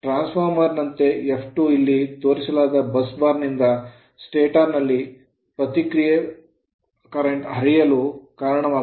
ಟ್ರಾನ್ಸ್ farmer ನಂತೆ F2 ಇಲ್ಲಿ ತೋರಿಸಲಾದ ಬಸ್ ಬಾರ್ ನಿಂದ ಸ್ಟಾಟರ್ ನಲ್ಲಿ ಪ್ರತಿಕ್ರಿಯೆ ಪ್ರವಾಹಗಳನ್ನು ಹರಿಯಲು ಕಾರಣವಾಗುತ್ತದೆ